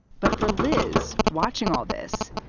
but for liz, watching all this,